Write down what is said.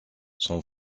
son